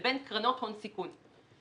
לבין קרנות הון סיכון.